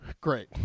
Great